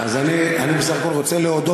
אז אני בסך הכול רוצה להודות,